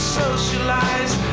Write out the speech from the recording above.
socialize